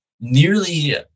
Nearly